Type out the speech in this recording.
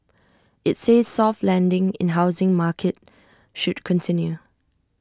IT says soft landing in housing market should continue